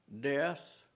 death